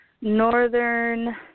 Northern